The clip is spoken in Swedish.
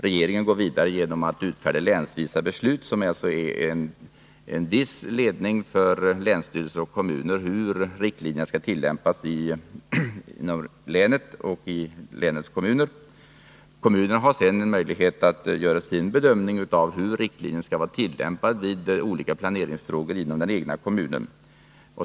Regeringen går vidare genom att utfärda länsvisa beslut som alltså innebär en viss ledning för länsstyrelser och kommuner för hur riktlinjerna skall tillämpas inom länen och i länens kommuner. Kommunerna har sedan möjlighet att göra sin bedömning av hur riktlinjerna skall tillämpas när det gäller olika planeringsfrågor inom den egna kommunen.